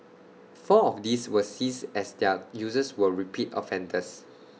four of these were seized as their users were repeat offenders